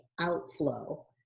outflow